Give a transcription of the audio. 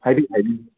ꯍꯥꯏꯕꯤꯌꯨ ꯍꯥꯏꯕꯤꯌꯨ